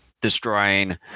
destroying